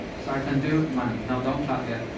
so i can do money. no, don't clap yet.